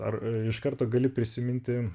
ar iš karto gali prisiminti